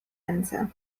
ręce